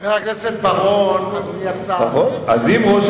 הרגע לימדת אותנו פרק